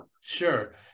Sure